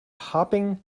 hopping